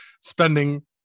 spending